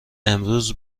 امروز